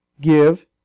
Give